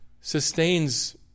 sustains